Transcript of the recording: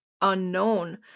unknown